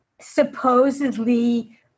supposedly